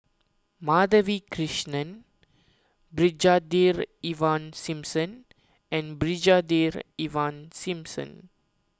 Madhavi Krishnan Brigadier Ivan Simson and Brigadier Ivan Simson